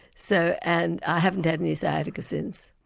so and i haven't had any sciatica since.